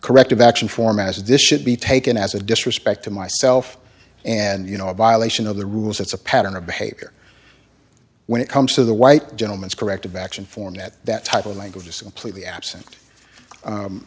corrective action form as this should be taken as a disrespect to myself and you know a violation of the rules it's a pattern of behavior when it comes to the white gentleman's corrective action format that type of language this completely absent